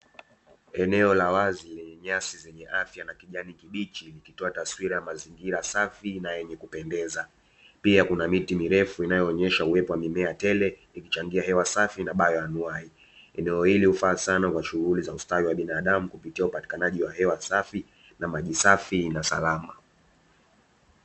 Eneo la wazi, lenye nyasi zenye afya na kijani kibichi, likitoa taswira ya mazingira safi na yenye kupendeza. Pia kuna miti mirefu inayoonyesha uwepo wa mimea tele, ikichangia hewa safi na "bayoanuai". Eneo hili hufaa sana kwa shughuli za ustawi wa binadamu kupitia upatikanaji wa hewa safi na maji safi na salama.